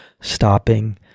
stopping